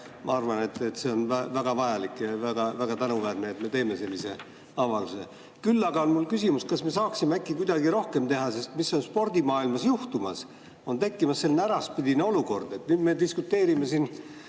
ma arvan, et see on väga vajalik ja väga tänuväärne, et me teeme sellise avalduse. Küll aga on mul küsimus, kas me saaksime äkki kuidagi rohkem teha. Sest mis on spordimaailmas juhtumas? On tekkimas selline äraspidine olukord: me diskuteerime